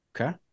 Okay